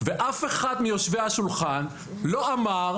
ואף אחד מיושבי השולחן לא אמר: